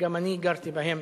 שגם אני גרתי בהם